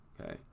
okay